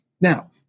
Now